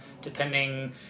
depending